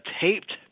taped